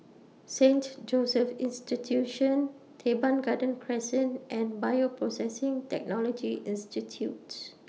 Saint Joseph's Institution Teban Garden Crescent and Bioprocessing Technology Institutes